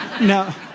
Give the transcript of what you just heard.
Now